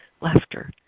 laughter